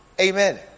Amen